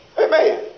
Amen